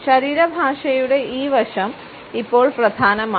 ശരീരഭാഷയുടെ ഈ വശം ഇപ്പോൾ പ്രധാനമാണ്